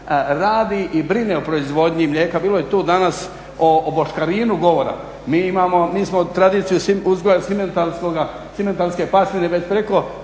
radi i brine o proizvodnji mlijeka. Bilo je tu danas o boškarinu govora. Mi imamo, mi smo tradiciju uzgoja simentalske pasmine već preko